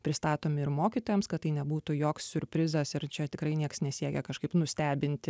pristatomi ir mokytojams kad tai nebūtų joks siurprizas ir čia tikrai nieks nesiekia kažkaip nustebinti